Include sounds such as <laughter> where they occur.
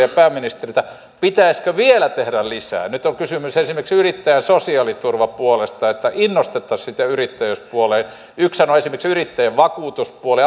<unintelligible> ja pääministeriltä pitäisikö vielä tehdä lisää nyt on kysymys esimerkiksi yrittäjän sosiaaliturvapuolesta että innostettaisiin sitä yrittäjyyden puolelle yksihän on esimerkiksi yrittäjien vakuutuspuoli <unintelligible>